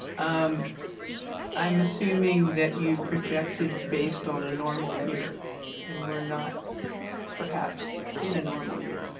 um i am assuming that you project it based on a normal year and we are not perhaps in a normal year?